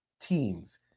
teams